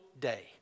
day